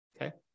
Okay